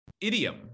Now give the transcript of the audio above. idiom